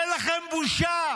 אין לכם בושה.